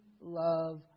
love